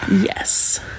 Yes